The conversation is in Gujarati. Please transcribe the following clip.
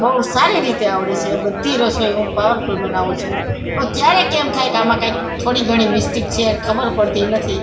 બહુ સારી રીતે આવડે છે બધી રસોઈ હું પાવરફુલ બનાવું છું પણ ક્યારેક એમ થાય કે આમાં કંઇક થોડી ઘણી મિસ્ટિક છે અને ખબર પડતી નથી